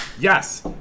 Yes